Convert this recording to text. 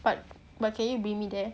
but but can you bring me there